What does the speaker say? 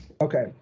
Okay